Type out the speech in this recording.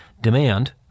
demand